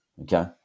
Okay